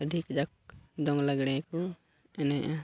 ᱟᱹᱰᱤ ᱠᱟᱡᱟᱠ ᱫᱚᱝ ᱞᱟᱜᱽᱬᱮ ᱠᱚ ᱮᱱᱮᱡᱼᱟ